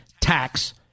tax